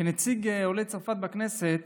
כנציג עולי צרפת בכנסת